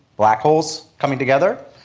black holes coming together.